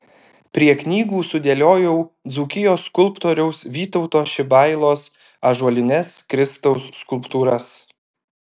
prie knygų sudėliojau dzūkijos skulptoriaus vytauto šibailos ąžuolines kristaus skulptūras